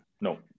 No